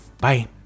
Bye